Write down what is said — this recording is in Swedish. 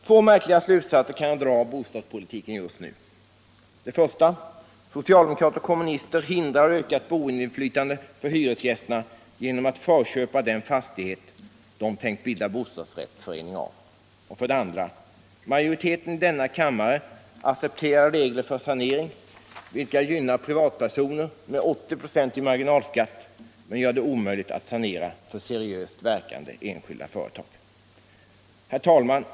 Två verkliga slutsatser kan jag dra av bostadspolitiken just nu: 2. Majoriteten i kammaren accepterar regler för sanering vilka gynnar privatpersoner med 80 96 i marginalskatt men gör det omöjligt för seriöst verkande enskilda företag att sanera. Herr talman!